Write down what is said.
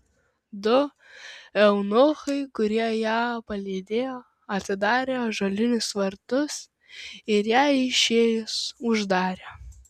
du eunuchai kurie ją palydėjo atidarė ąžuolinius vartus ir jai išėjus uždarė